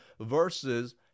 Versus